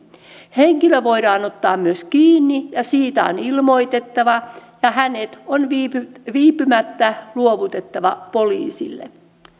henkilö voidaan ottaa myös kiinni ja siitä on ilmoitettava ja hänet on viipymättä viipymättä luovutettava poliisille